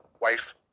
wife